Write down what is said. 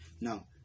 now